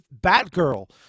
Batgirl